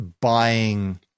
buying